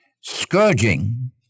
scourging